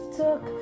took